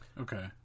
Okay